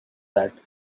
that